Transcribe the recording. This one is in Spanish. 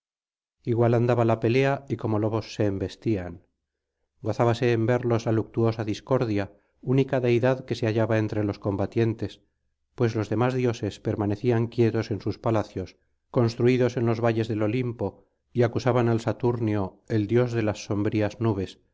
andaba la pelea y como lobos se embestían gozábase en verlos la luctuosa discordia única deidad que se hallaba entre los combatientes pues los demás dioses permanecían quietos en sus palacios construidos en los valles del olimpo y acusaban al saturnio el dios de las sombrías nubes